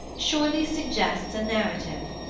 surely suggests a narrative,